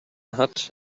hut